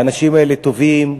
האנשים האלה טובים,